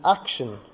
action